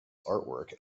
artwork